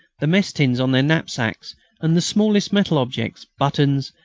the mess-tins on their knapsacks and the smallest metal objects buttons,